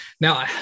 Now